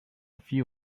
few